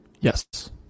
Yes